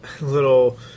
little